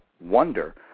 wonder